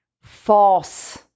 false